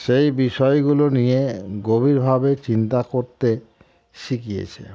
সেই বিষয়গুলো নিয়ে গভীরভাবে চিন্তা করতে শিখিয়েছে